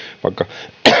vaikka